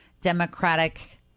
Democratic